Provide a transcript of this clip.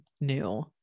new